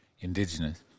indigenous